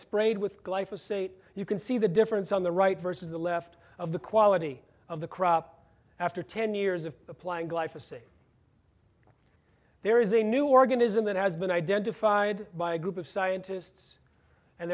sprayed with glass of sait you can see the difference on the right versus the left of the quality of the crop after ten years of applying the life of say there is a new organism that has been identified by a group of scientists and